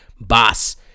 Boss